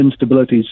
instabilities